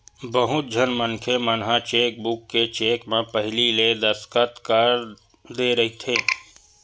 बहुत झन मनखे मन ह चेकबूक के चेक म पहिली ले दस्कत कर दे रहिथे